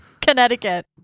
Connecticut